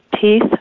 Teeth